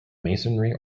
masonry